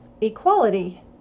equality